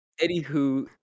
Anywho